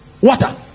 water